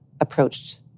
approached